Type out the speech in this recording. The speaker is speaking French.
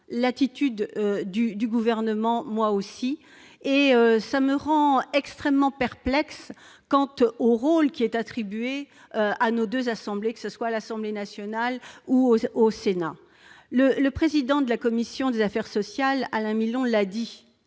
l'attitude du Gouvernement, qui me rend extrêmement perplexe quant au rôle attribué à nos deux assemblées, à l'Assemblée nationale comme au Sénat. Le président de la commission des affaires sociales, Alain Milon, l'a dit